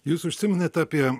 jūs užsiminėt apie